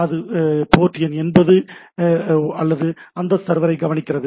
என்று போர்ட் 80 அல்லது அந்த சர்வரை கவனிக்கிறது